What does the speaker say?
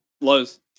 Lows